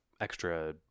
extra